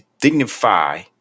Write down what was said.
dignify